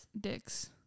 Dicks